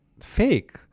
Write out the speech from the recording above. fake